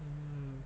mm